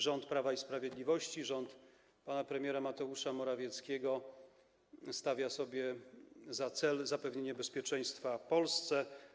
Rząd Prawa i Sprawiedliwości, rząd pana premiera Mateusza Morawieckiego stawia sobie za cel zapewnienie bezpieczeństwa Polsce.